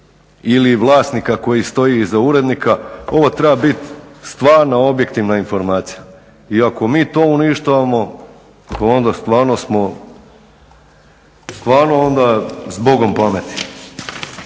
ili vlasnika koji stoji iza urednika. Ovo treba biti stvarno objektivna informacija i ako mi to uništavamo, onda stvarno smo, stvarno onda zbogom pameti.